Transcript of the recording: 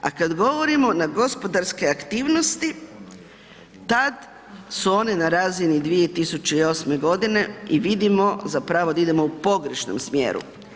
A kada govorimo na gospodarske aktivnosti tada su one na razini 2008. godine i vidimo zapravo da idemo u pogrešnom smjeru.